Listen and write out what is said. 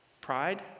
pride